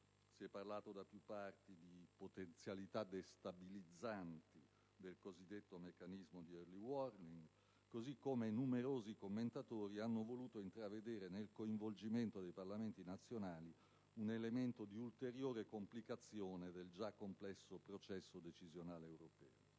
Si è parlato da più parti di potenzialità destabilizzanti del cosiddetto meccanismo di *early warning*, così come numerosi commentatori hanno voluto intravedere nel coinvolgimento dei Parlamenti nazionali un elemento di ulteriore complicazione del già complesso processo decisionale europeo.